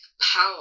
power